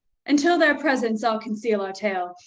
until their presence i'll conceal our tale,